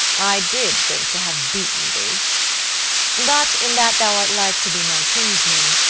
i did think to have beaten thee but, in that thou art like to be my kinsman,